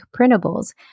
Printables